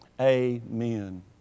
Amen